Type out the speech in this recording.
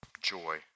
joy